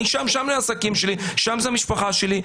אני שם לעסקים שלי, שם זה המשפחה שלי.